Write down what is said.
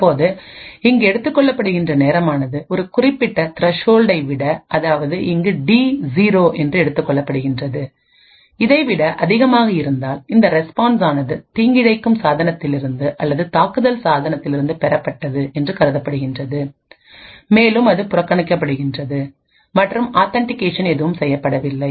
இப்போது இங்கு எடுத்துக்கொள்ளப்படுகின்ற நேரமானது ஒரு குறிப்பிட்ட த்ரசோல்டை விட அதாவது இங்கு டி ஜீரோஎன்று எடுத்துக் கொள்ளப்படுகின்றது இதைவிட அதிகமாக இருந்தால் இந்த ரெஸ்பான்ஸ் ஆனது தீங்கிழைக்கும் சாதனத்திலிருந்து அல்லது தாக்குதல் சாதனத்திலிருந்து பெறப்பட்டது என்று கருதப்படுகிறது மேலும் அது புறக்கணிக்கப்படுகிறது மற்றும் ஆத்தன்டிகேஷன் எதுவும் செய்யப்படவில்லை